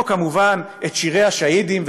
או כמובן שירי השהידים,